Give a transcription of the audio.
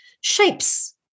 shapes